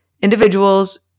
individuals